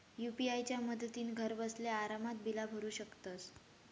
UPI च्या मदतीन घरबसल्या आरामात बिला भरू शकतंस